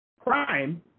crime